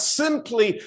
simply